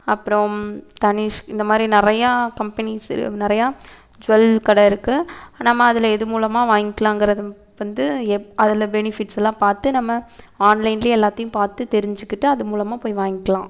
அப்புறம் தனிஷ்க் இந்த மாதிரி நிறையா கம்பெனிஸ் நிறையா ஜுவல் கடை இருக்குது நம்ம அதில் எது மூலமாக வாங்கிலாங்கிறதை வந்து எப் அதில் பெனிஃபிட்ஸ் எல்லாம் பார்த்து நம்ம ஆன்லைனிலே எல்லாத்தையும் பார்த்து தெரிஞ்சுக்கிட்டு அது மூலமாக போய் வாங்கிக்கலாம்